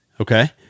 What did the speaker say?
Okay